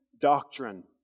doctrine